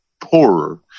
poorer